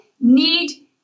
need